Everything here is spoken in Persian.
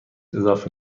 اضافه